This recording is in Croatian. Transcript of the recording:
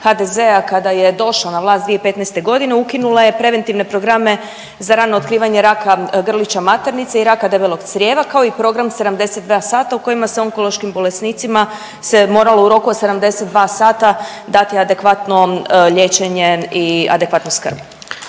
HDZ-a kada je došla na vlast 2015. ukinula je preventivne programe za rano otkrivanje raka grlića maternice i raka debelog crijeva, kao i „Program 72 sata“ u kojima se onkološkim bolesnicima se moralo u roku od 72 sata dati adekvatno liječenje i adekvatnu skrb.